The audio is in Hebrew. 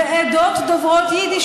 ועדות דוברות יידיש,